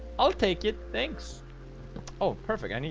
i'll take it thanks oh perfect. i mean